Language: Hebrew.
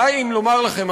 די לומר לכם,